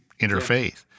interfaith